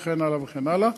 וכן הלאה וכן הלאה.